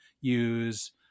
use